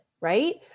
right